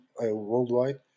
worldwide